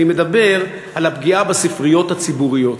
אני מדבר על הפגיעה בספריות הציבוריות.